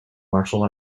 martial